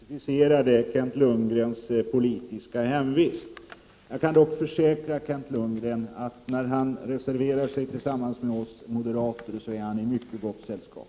Fru talman! Jag vill beklaga att jag inte rätt specificerade Kent Lundgrens politiska hemvist. Jag kan dock försäkra Kent Lundgren att när han reserverar sig tillsammans med oss moderater är han i mycket gott sällskap.